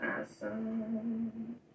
awesome